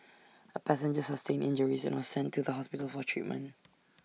A passenger sustained injuries and was sent to the hospital for treatment